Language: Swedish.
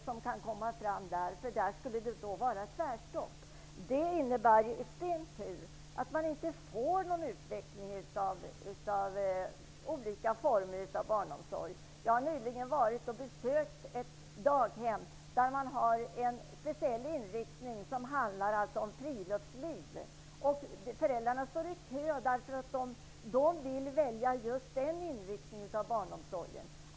Det skulle vara tvärstopp. Det innebär i sin tur att det inte blir någon utveckling av olika former av barnomsorg. Jag besökte nyligen ett daghem där man har en speciell inriktning på friluftsliv. Föräldrarna står i kö till det daghemmet, därför att de just vill ha den inriktningen av barnomsorgen.